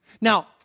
Now